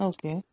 Okay